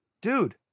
dude